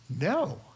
No